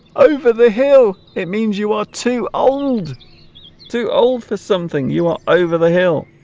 over the hill it means you are too old too old for something you are over the hill